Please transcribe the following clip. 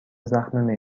زخم